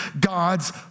God's